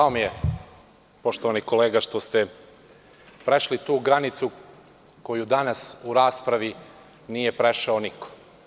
Žao mi je, poštovani kolega, što ste prešli tu granicu koju danas u raspravi nije prešao niko.